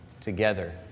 Together